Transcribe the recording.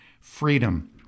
freedom